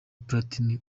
platini